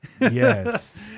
Yes